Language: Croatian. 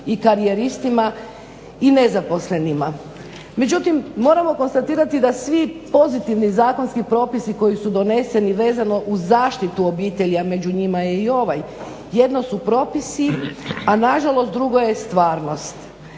i karijeristima i nezaposlenima. Međutim, moramo konstatirati da svi pozitivni zakonski propisi koji su doneseni vezano uz zaštitu obitelji a među njima je i ovaj jedno su propisi a nažalost drugo je stvarnost.